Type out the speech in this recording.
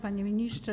Panie Ministrze!